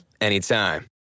anytime